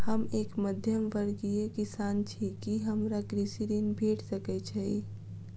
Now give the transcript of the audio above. हम एक मध्यमवर्गीय किसान छी, की हमरा कृषि ऋण भेट सकय छई?